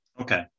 Okay